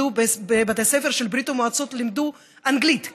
שבבתי הספר של ברית המועצות לימדו אנגלית,